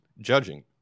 judging